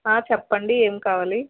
ఆ చెప్పండి ఏం కావాలి